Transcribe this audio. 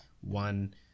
One